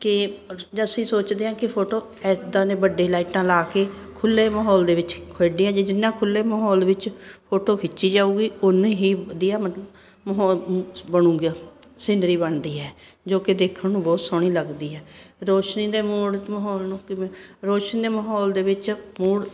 ਕਿ ਅਸੀਂ ਸੋਚਦੇ ਹਾਂ ਕਿ ਫੋਟੋ ਇੱਦਾਂ ਦੇ ਵੱਡੇ ਲਾਈਟਾਂ ਲਾ ਕੇ ਖੁੱਲ੍ਹੇ ਮਾਹੌਲ ਦੇ ਵਿੱਚ ਖੇਡੀਆਂ ਜ ਜਿੰਨਾ ਖੁੱਲ੍ਹੇ ਮਾਹੌਲ ਵਿੱਚ ਫੋਟੋ ਖਿੱਚੀ ਜਾਵੇਗੀ ਉਨੀ ਹੀ ਵਧੀਆ ਮਾਹੌਲ ਬਣੇਗਾ ਸਿੰਨਰੀ ਬਣਦੀ ਹੈ ਜੋ ਕਿ ਦੇਖਣ ਨੂੰ ਬਹੁਤ ਸੋਹਣੀ ਲੱਗਦੀ ਹੈ ਰੌਸ਼ਨੀ ਦੇ ਮੂਡ ਮਾਹੌਲ ਨੂੰ ਕਿਵੇਂ ਰੌਸ਼ਨੀ ਦੇ ਮਾਹੌਲ ਦੇ ਵਿੱਚ ਮੂਡ